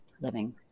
living